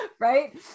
Right